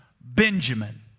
Benjamin